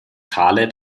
schale